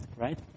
right